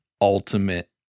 ultimate